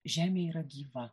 žemė yra gyva